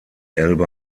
elbe